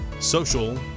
Social